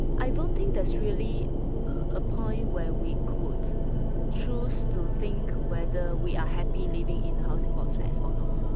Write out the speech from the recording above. i don't think that's really a point where we could choose to think whether we are happy living in the housing brought place or not.